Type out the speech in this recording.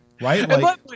Right